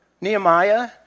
Nehemiah